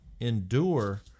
endure